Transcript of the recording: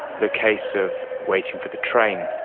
the case of waiting for the train,